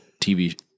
TV